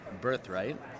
birthright